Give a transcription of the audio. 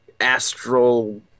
astral